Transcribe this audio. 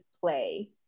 play